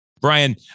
Brian